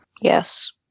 Yes